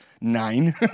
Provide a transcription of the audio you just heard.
nine